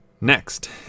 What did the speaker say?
Next